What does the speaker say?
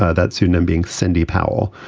ah that pseudonym being cindy powell.